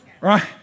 right